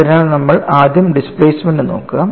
അതിനാൽ നമ്മൾ ആദ്യം ഡിസ്പ്ലേസ്മെൻറ് നോക്കുക